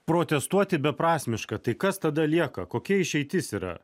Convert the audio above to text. protestuoti beprasmiška tai kas tada lieka kokia išeitis yra